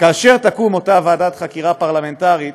כאשר תקום אותה ועדת חקירה פרלמנטרית,